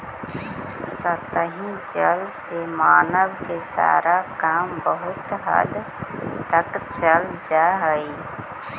सतही जल से मानव के सारा काम बहुत हद तक चल जा हई